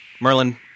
Merlin